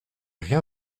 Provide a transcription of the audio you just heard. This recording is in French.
rien